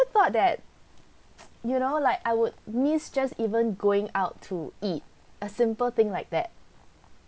the thought that you know like I would missed just even going out to eat a simple thing like that